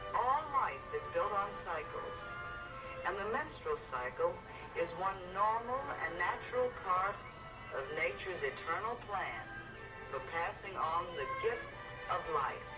all life is built on cycles and the menstrual cycle is one normal and natural part of nature's eternal plan for passing on the gift of life.